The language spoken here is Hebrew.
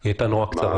היא היתה קצרה.